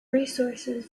resources